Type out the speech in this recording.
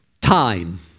Time